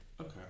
Okay